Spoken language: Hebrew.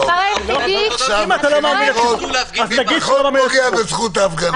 משרד המשפטים הורה למל"ל לאפשר חתונות